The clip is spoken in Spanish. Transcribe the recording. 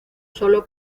sólo